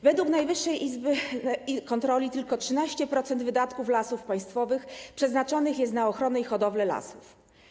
Według Najwyższej Izby Kontroli tylko 13% wydatków Lasów Państwowych przeznaczanych jest na ochronę i hodowlę lasów.